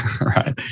right